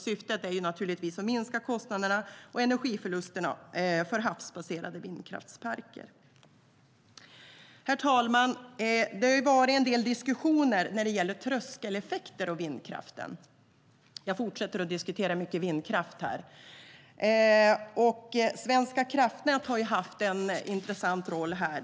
Syftet är naturligtvis att minska kostnaderna och energiförlusterna för havsbaserade vindkraftsparker. Herr talman! Jag fortsätter att diskutera vindkraften. Det har varit en del diskussioner när det gäller tröskeleffekter och vindkraften. Svenska kraftnät har haft en intressant roll här.